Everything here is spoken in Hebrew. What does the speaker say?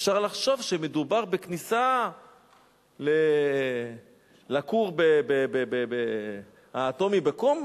אפשר לחשוב שמדובר בכניסה לכור האטומי בקום.